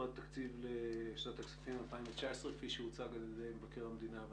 תקציב משרד מבקר המדינה לשנת הכספים 2019,